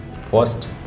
First